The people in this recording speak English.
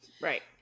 Right